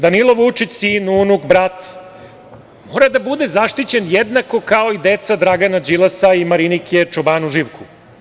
Danilo Vučić, sin, unuk, brat, mora da bude zaštićen jednako kao i deca Dragana Đilasa i Marinike Čobanu Živku.